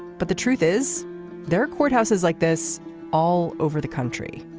but the truth is there are courthouses like this all over the country.